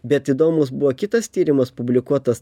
bet įdomus buvo kitas tyrimas publikuotas